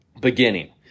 beginning